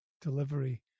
delivery